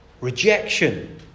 Rejection